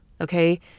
okay